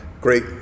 Great